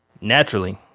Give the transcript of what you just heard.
Naturally